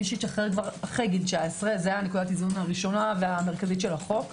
מי שמשתחרר אחרי גיל 19. זו נקודת האיזון המרכזית והראשונה של החוק.